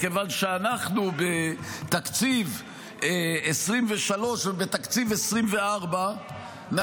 מכיוון שבתקציב 2023 ובתקציב 2024 אנחנו